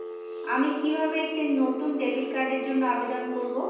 আমি কিভাবে একটি নতুন ডেবিট কার্ডের জন্য আবেদন করব?